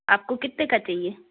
आपको कितने का चहिए